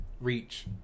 reach